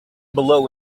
below